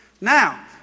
Now